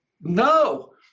no